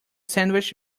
sandwich